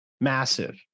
massive